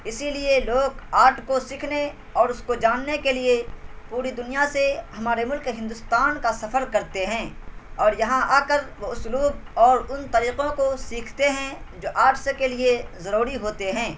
اسی لیے لوگ آرٹ کو سیکھنے اور اس کو جاننے کے لیے پوری دنیا سے ہمارے ملک ہندوستان کا سفر کرتے ہیں اور یہاں آ کر وہ اسلوب اور ان طریقوں کو سیکھتے ہیں جو آرٹس کے لیے ضروری ہوتے ہیں